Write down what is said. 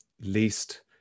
least